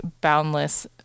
boundless